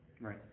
Right